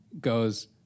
goes